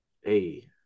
hey